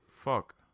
Fuck